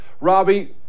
Robbie